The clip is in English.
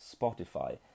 Spotify